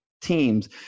teams